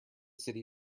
city